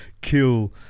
kill